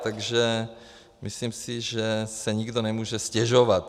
Takže myslím si, že si nikdo nemůže stěžovat.